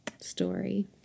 story